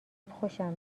خوشم